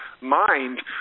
mind